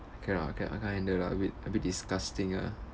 I cannot I cannot I can't handle lah a bit a bit disgusting ah